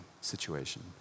situation